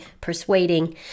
persuading